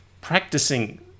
practicing